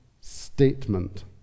statement